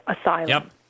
asylum